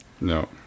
no